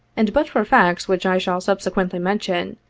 and but for facts which i shall subsequently mention,